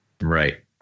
Right